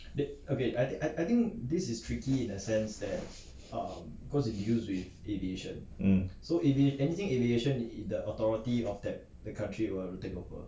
hmm